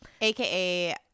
AKA